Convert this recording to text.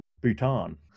Bhutan